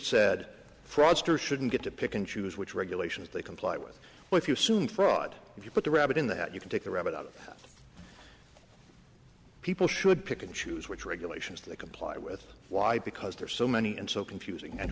fraudster shouldn't get to pick and choose which regulations they comply with what you assume fraud if you put the rabbit in that you can take the rabbit out of people should pick and choose which regulations to comply with why because there are so many and so confusing and